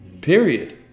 Period